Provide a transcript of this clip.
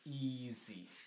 easy